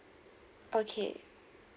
okay